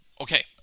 okay